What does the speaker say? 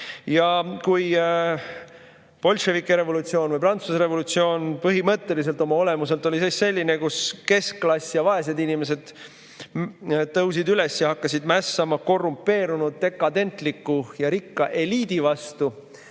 Kui bolševike revolutsioon või Prantsuse revolutsioon põhimõtteliselt, oma olemuselt oli selline, kus keskklass ja vaesed inimesed tõusid üles ja hakkasid mässama korrumpeerunud, dekadentliku ja rikka eliidi vastu,